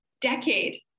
decade